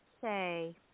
say